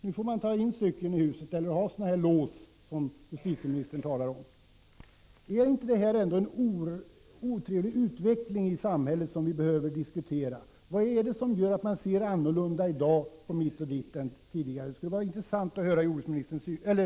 Nu får man tain cykeln, eller också ha sådana lås som justitieministern talade om. Är det inte en otrevlig utveckling i samhället som vi behöver diskutera? Vad är det som gör att man i dag ser annorlunda på mitt och ditt? Det skulle vara intressant att höra justitieministerns synpunkter.